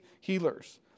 healers